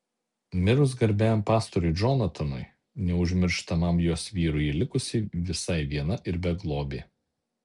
mirus garbiajam pastoriui džonatanui neužmirštamam jos vyrui ji likusi visai viena ir beglobė